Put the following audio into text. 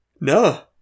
no